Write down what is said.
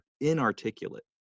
inarticulate